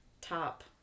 top